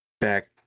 back